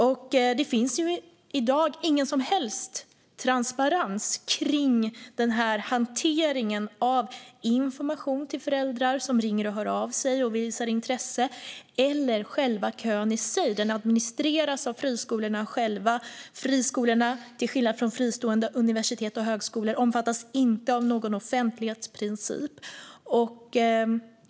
I dag finns ingen som helst transparens i hanteringen av information till föräldrar som visar intresse eller när det gäller själva kön. Det administreras av friskolorna själva, och friskolor omfattas, till skillnad från fristående universitet och högskolor, inte av offentlighetsprincipen.